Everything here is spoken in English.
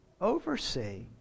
oversee